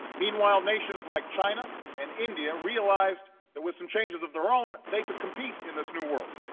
meanwhile, nations like china and india realised that with some changes of their own, they could compete in this new world.